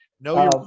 No